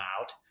out